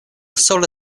sole